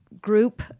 group